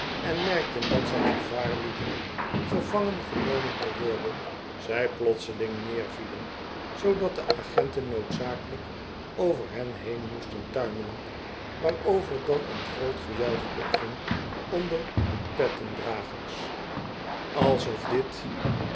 en merkten dat zij gevaar liepen gevangen genomen te worden zij plotseling neervielen zoodat de agenten noodzakelijk over hen heen moesten tuimelen waarover dan een groot gejuich opging onderde petten dragers alsof dit